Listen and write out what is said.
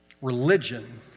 Religion